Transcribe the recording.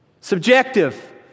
Subjective